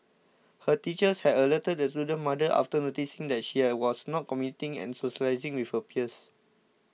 her teachers had alerted the student's mother after noticing that she I was not communicating and socialising with her peers